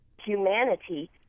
humanity